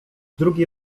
drugi